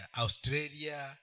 Australia